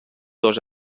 dos